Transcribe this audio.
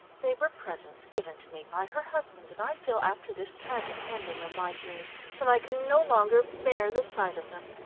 they were presents given to me by her husband, and i feel after this tragic ending of my dream that i can no longer bear the sight of them.